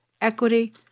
equity